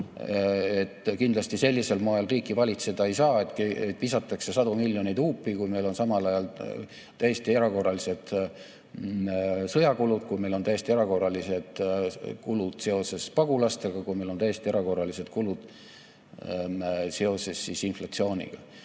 Kindlasti sellisel moel riiki valitseda ei saa, et visatakse sadu miljoneid huupi, kui meil on samal ajal täiesti erakorralised sõjakulud, kui meil on täiesti erakorralised kulud seoses pagulastega, kui meil on täiesti erakorralised kulud seoses inflatsiooniga.